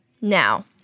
now